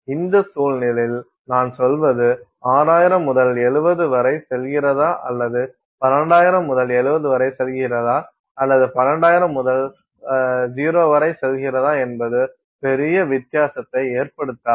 இந்த சூழலில் நான் சொல்வது 6000 முதல் 70 வரை செல்கிறதா அல்லது 12000 முதல் 70 வரை செல்கிறதா அல்லது 12000 முதல் 0 வரை செல்கிறதா என்பது பெரிய வித்தியாசத்தை ஏற்படுத்தாது